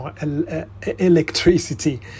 electricity